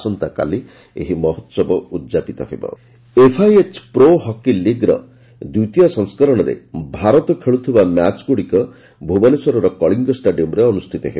ଆସନ୍ତାକାଲି ଏହି ମହୋହବ ଉଦ୍ଯାପିତ ହେବ ଏଫ୍ଆଇଏଚ୍ ପ୍ରୋ ହକି ଲିଗ୍ର ଦିତୀୟ ସଂସ୍କରଣରେ ଭାରତ ଖେଲ୍ଥିବା ମ୍ୟାଚ୍ଗୁଡ଼ିକ ଭୁବନେଶ୍ୱରର କଳିଙ୍ଗ ଷ୍ଟାଡିୟମ୍ରେ ଅନୁଷିତ ହେବ